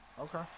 Okay